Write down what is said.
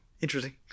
interesting